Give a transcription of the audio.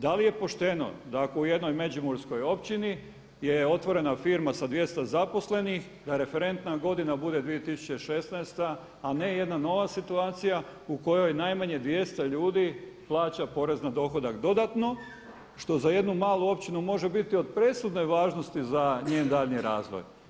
Da li je pošteno da ako u jednoj međimurskoj općini je otvorena firma sa 200 zaposlenih, da referentna godina bude 2016., a ne jedna nova situacija u kojoj najmanje 200 ljudi plaća porez na dohodak dodatno što za jednu malu općinu može biti od presudne važnosti za njen daljnji razvoj?